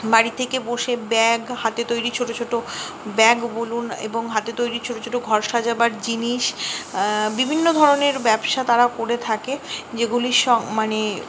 বাড়ি থেকে বসে ব্যাগ হাতে তৈরি ছোটো ছোটো ব্যাগ বলুন এবং হাতে তৈরি ছোটো ছোটো ঘর সাজাবার জিনিস বিভিন্ন ধরনের ব্যবসা তারা করে থাকে যেগুলি সব মানে